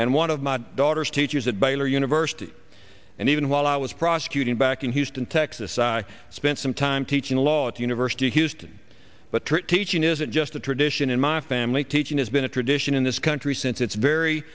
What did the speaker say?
and one of my daughter's teachers at baylor university even while i was prosecuting back in houston texas i spent some time teaching law to university of houston but true teaching isn't just a tradition in my family teaching has been a tradition in this country since its very